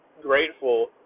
grateful